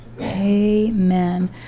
amen